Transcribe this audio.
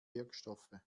wirkstoffe